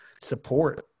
support